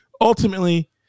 ultimately